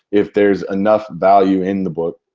if there's enough value in the book